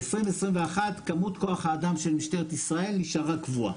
ב-2021 כמות כוח האדם של משטרת ישראל נשארה קבועה.